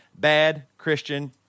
BADCHRISTIAN